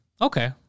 Okay